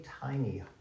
tiny